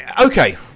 okay